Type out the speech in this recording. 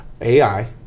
AI